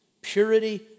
purity